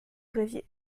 rêviez